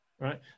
right